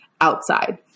outside